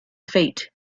feet